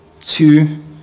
Two